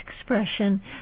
expression